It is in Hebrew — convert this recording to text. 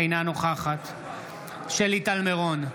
אינה נוכחת שלי טל מירון,